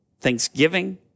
Thanksgiving